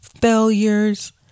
failures